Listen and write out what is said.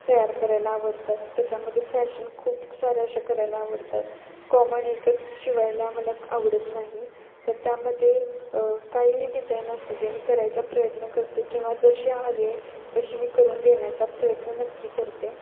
तयार करायला आवडतात त्याच्यामध्ये फॅशन खूप साऱ्या अशा करायला आवडतात कॉमण एकच शिवायला मला आवडत नाही तर त्यामध्ये काहीही डिझाइनर असू दे मी करायचा प्रयत्न करते किंवा जशी हवी आहे तशी मी करून देण्याचा प्रयत्न नक्की करते